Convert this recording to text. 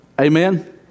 Amen